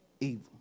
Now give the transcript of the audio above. evil